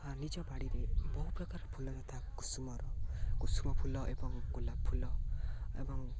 ହ ନିଜ ବାଡ଼ିରେ ବହୁ ପ୍ରକାର ଫୁଲ ଯଥା କୁସୁମର କୁସୁମ ଫୁଲ ଏବଂ ଗୋଲାପ ଫୁଲ ଏବଂ